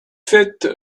sept